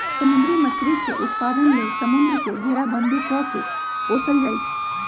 समुद्री मछरी के उत्पादन लेल समुंद्र के घेराबंदी कऽ के पोशल जाइ छइ